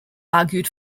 argued